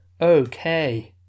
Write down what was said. okay